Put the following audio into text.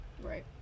right